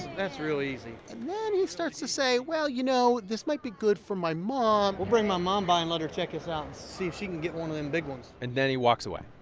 that's real easy and then he starts to say, well, you know, this might be good for my mom we'll bring my mom by and let her check this out and see if she can get one of them big ones and then he walks away.